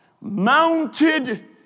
mounted